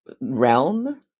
realm